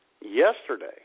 yesterday